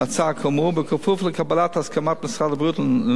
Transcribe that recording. לקבלת הסכמת משרד הבריאות לנוסח הצעת החוק.